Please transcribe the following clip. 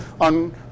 on